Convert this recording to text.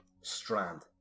Strand